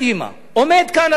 עומד כאן על הדוכן